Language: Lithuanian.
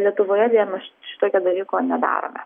lietuvoje deja mes šitokio dalyko nedarome